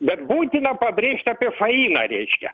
bet būtina pabrėžt apie fainą reiškia